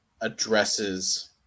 addresses